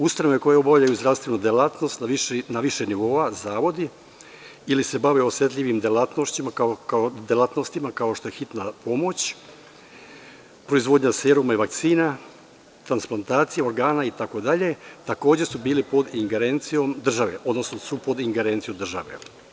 Ustanove koje obavljaju zdravstvenu delatnost na više nivoa, zavodi, ili se bave osetljivim delatnostima, kao što je Hitna pomoć, proizvodnja seruma i vakcina, transplantacija organa, itd, takođe su bile pod ingerencijom države, odnosno su pod ingerencijom države.